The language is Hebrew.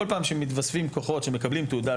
כל פעם שמתווספים כוחות שמקבלים תעודת